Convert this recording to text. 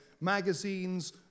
magazines